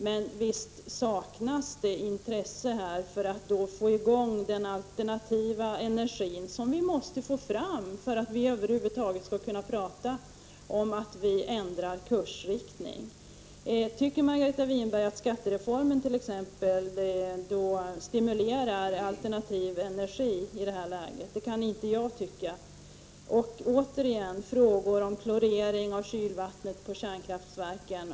Men visst saknas det intresse för att få i gång den alternativa energi som vi måste få fram för att över huvud taget kunnat tala om att ändra kursriktning. Tycker Margareta Winberg att t.ex. skattereformen - stimulerar till alternativ energi? Det tycker inte jag. Det finns många frågor om klorering och kärnkraftsverkens kylvatten.